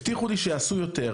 הבטיחו לי שיעשו יותר,